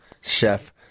chef